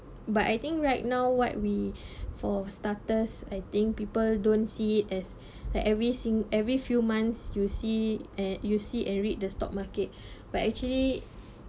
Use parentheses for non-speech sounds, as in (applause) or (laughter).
but I think right now what we (breath) for starters I think people don't see it as (breath) like every sing~ every few months you see and you see and read the stock market (breath) but actually